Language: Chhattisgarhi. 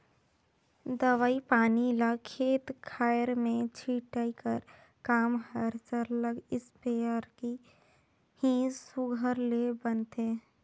दवई पानी ल खेत खाएर में छींचई कर काम हर सरलग इस्पेयर में ही सुग्घर ले बनथे